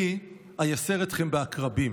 אני איסר אתכם בעקרבים".